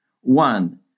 One